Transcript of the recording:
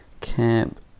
Camp